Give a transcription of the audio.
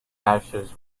ashes